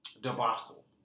debacle